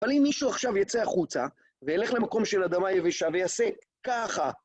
אבל אם מישהו עכשיו יצא החוצה וילך למקום של אדמה יבשה ויעשה ככה...